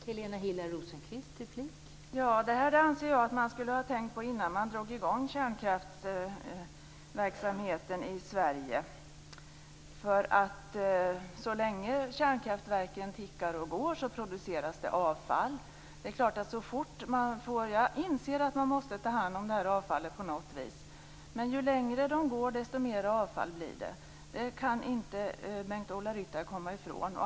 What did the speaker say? Fru talman! Jag anser att man skulle ha tänkt på detta innan man drog i gång kärnkraftsverksamheten i Sverige. Så länge kärnkraftverken tickar och går produceras avfall. Jag inser att man måste ta hand om det här avfallet på något vis, men ju längre tid de går desto mer avfall blir det. Det kan inte Bengt-Ola Ryttar komma ifrån.